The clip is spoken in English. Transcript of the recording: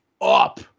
up